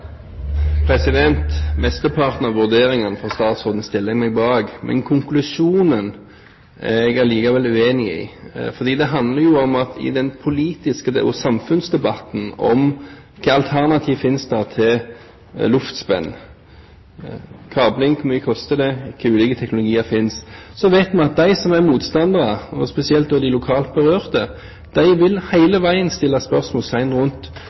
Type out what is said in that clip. jeg allikevel uenig i, fordi det handler om at i den politiske debatten og i samfunnsdebatten om hvilke alternativ som finnes til luftspenn – hvor mye kabling koster, hvilke ulike teknologier som finnes – vet vi at de som er motstandere, og spesielt de lokalt berørte, hele veien vil sette spørsmålstegn rundt